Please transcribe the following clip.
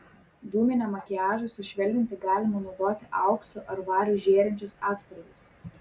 dūminiam makiažui sušvelninti galima naudoti auksu ar variu žėrinčius atspalvius